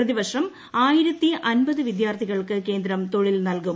പ്രതിവർഷം ആയിരത്തി അൻപത് വിദ്യാർത്ഥികൾക്ക് കേന്ദ്രം തൊഴിൽ നൽകും